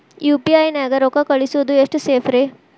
UPI ನ್ಯಾಗ ರೊಕ್ಕ ಕಳಿಸೋದು ಎಷ್ಟ ಸೇಫ್ ರೇ?